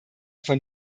von